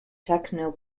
techno